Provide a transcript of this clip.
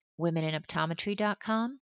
womeninoptometry.com